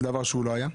זה דבר שלא היה.